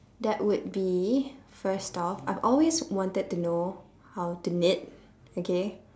that would be first off I've always wanted to know how to knit okay